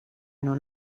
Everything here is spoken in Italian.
non